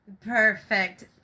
Perfect